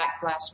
backslash